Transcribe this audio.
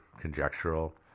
conjectural